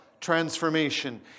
transformation